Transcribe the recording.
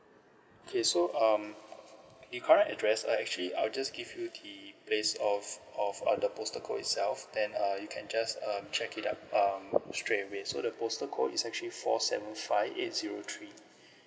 okay so um the correct address uh actually I'll just give you the place of of uh the postal code itself then uh you can just um check it up um straightaway so the postal code is actually four seven five eight zero three